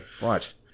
Watch